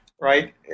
right